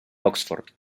oxford